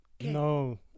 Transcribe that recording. no